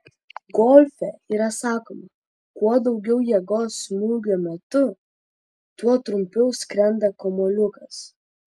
golfe yra sakoma kuo daugiau jėgos smūgio metu tuo trumpiau skrenda kamuoliukas